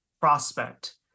prospect